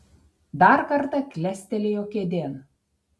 dar kartą klestelėjo kėdėn